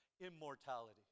immortality